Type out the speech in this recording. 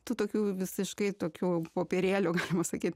tų tokių visiškai tokių popierėlių galima sakyt